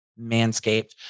Manscaped